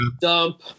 dump